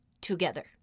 together